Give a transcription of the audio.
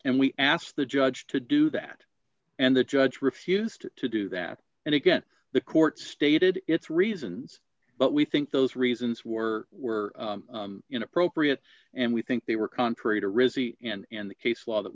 and we asked the judge to do that and the judge refused to do that and again the court stated its reasons but we think those reasons were were inappropriate and we think they were contrary to receipt and in the case law that